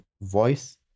voice